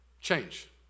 Change